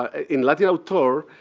ah in latinal tour,